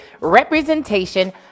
representation